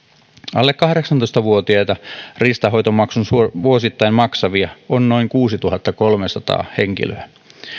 alle kahdeksantoista vuotiaita riistanhoitomaksun vuosittain maksavia on noin kuusituhattakolmesataa henkilöä